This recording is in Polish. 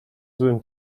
złym